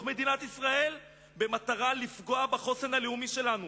מדינת ישראל במטרה לפגוע בחוסן הלאומי שלנו,